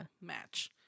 match